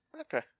okay